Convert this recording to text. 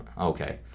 okay